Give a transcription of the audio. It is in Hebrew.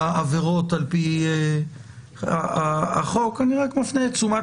בעבירות על פי החוק, אני רק מפנה את תשומת ליבכם.